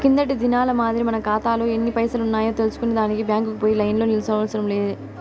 కిందటి దినాల మాదిరి మన కాతాలో ఎన్ని పైసలున్నాయో తెల్సుకునే దానికి బ్యాంకుకు పోయి లైన్లో నిల్సోనవసరం లే